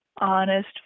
honest